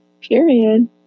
period